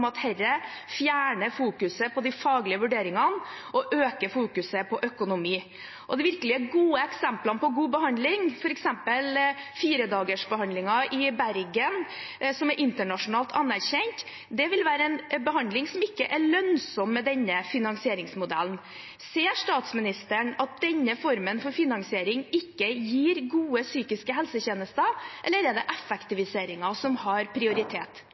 at dette fjerner fokuset på de faglige vurderingene og øker fokuset på økonomi. De virkelig gode eksemplene på god behandling, f.eks. firedagersbehandlingen i Bergen, som er internasjonalt anerkjent, vil være en behandling som ikke er lønnsom med denne finansieringsmodellen. Ser statsministeren at denne formen for finansiering ikke gir gode psykiske helsetjenester – eller er det effektiviseringen som har prioritet?